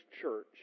Church